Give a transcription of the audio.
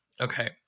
Okay